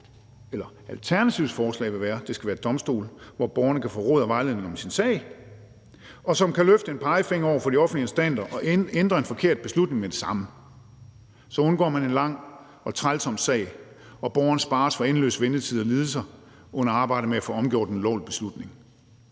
være, at det skal være en domstol, hvor borgeren kan få råd og vejledning om sin sag, og som kan løfte en pegefinger over for de offentlige instanser og ændre en forkert beslutning med det samme. Så undgår man en lang og trælsom sag, og borgeren spares for endeløs ventetid og lidelser under arbejdet med at få omgjort en ulovlig beslutning.